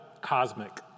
cosmic